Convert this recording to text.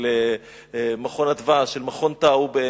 של "מרכז אדוה" ושל מרכז טאוב,